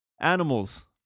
Animals